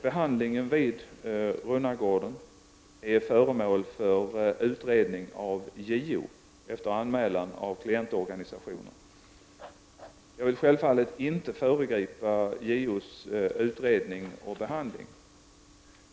Behandlingen vid Runnagården är föremål för utredning av JO, efter anmälan av klientorganisationer. Jag vill självfallet inte föregripa JOs utredning och bedömning.